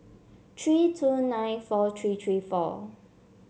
three two nine four three three four